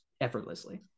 effortlessly